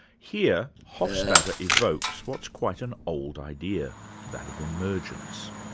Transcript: here hofstadter evokes what's quite an old idea that of emergence.